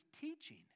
teaching